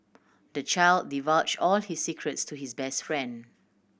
the child divulge all his secrets to his best friend